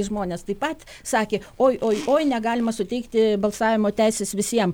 žmonės taip pat sakė oi oi oi negalima suteikti balsavimo teisės visiem